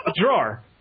drawer